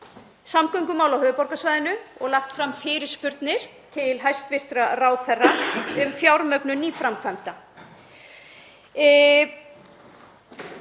samgöngumál á höfuðborgarsvæðinu og lagt fram fyrirspurnir til hæstv. ráðherra um fjármögnun nýframkvæmda.